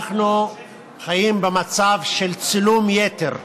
אנחנו חיים במצב של צילום יתר.